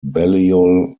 balliol